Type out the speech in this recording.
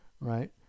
right